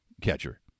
catcher